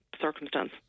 circumstance